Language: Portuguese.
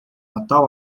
natal